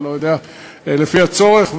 אני לא יודע, לפי הצורך.